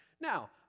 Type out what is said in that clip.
Now